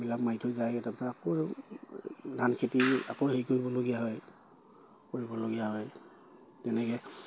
এইবিলাক মাৰি থৈ যায় এটা তাৰ পিছত আকৌ ধান খেতি আকৌ হেৰি কৰিবলগীয়া হয় কৰিবলগীয়া হয় তেনেকে